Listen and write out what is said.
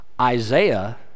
Isaiah